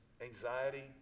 anxiety